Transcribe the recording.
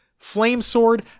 Flamesword